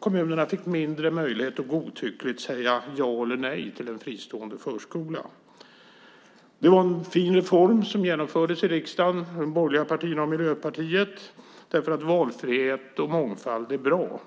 Kommunerna fick mindre möjlighet att godtyckligt säga ja eller nej till en fristående förskola. Det var en fin reform som genomfördes i riksdagen av de borgerliga partierna och Miljöpartiet. Valfrihet och mångfald är bra.